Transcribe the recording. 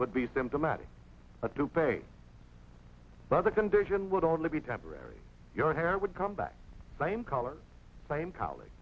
would be symptomatic to pay by the condition would only be temporary your hair would come back same color same coll